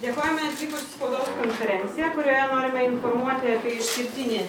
dėkojame atvykus į spaudos konferenciją kurioje norime informuoti apie išskirtinį